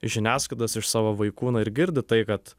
iš žiniasklaidos iš savo vaikų na ir girdi tai kad